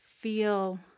feel